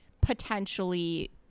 potentially